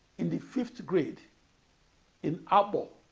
in the fifth grade in agbor,